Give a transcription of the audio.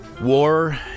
War